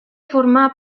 formà